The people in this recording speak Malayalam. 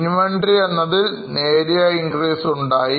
Inventory എന്നതിൽ നേരിയ increase ഉണ്ടായി